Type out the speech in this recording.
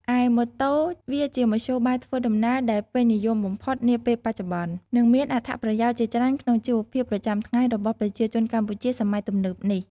ឯម៉ូតូវាជាមធ្យោបាយធ្វើដំណើរដែលពេញនិយមបំផុតនាពេលបច្ចុប្បន្ន និងមានអត្ថប្រយោជន៍ជាច្រើនក្នុងជីវភាពប្រចាំថ្ងៃរបស់ប្រជាជនកម្ពុជាសម័យទំនើបនេះ ។